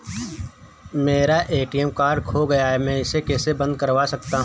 मेरा ATM card खो गया है मैं इसे कैसे बंद करवा सकता हूँ?